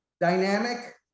dynamic